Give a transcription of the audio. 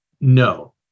no